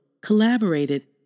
collaborated